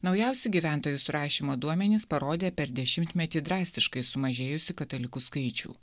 naujausi gyventojų surašymo duomenys parodė per dešimtmetį drastiškai sumažėjusį katalikų skaičių